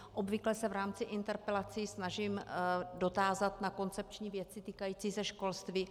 Obvykle se v rámci interpelací snažím dotázat na koncepční věci týkající se školství.